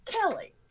Kelly